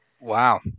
Wow